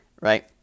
right